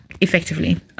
effectively